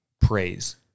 praise